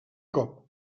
cop